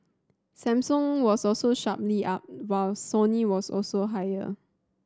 Samsung was also sharply up while Sony was also higher